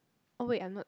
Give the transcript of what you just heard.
oh wait I'm not